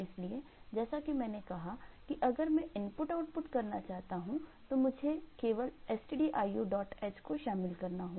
इसलिए जैसा कि मैंने कहा कि अगर मैं इनपुट आउटपुट करना चाहता हूं तो मुझे केवल stdioh को शामिल करना होगा